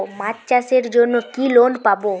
মাছ চাষের জন্য কি লোন পাব?